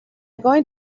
going